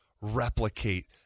replicate